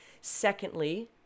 Secondly